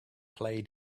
play